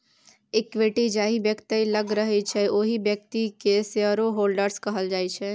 equity जाहि बेकती लग रहय छै ओहि बेकती केँ शेयरहोल्डर्स कहल जाइ छै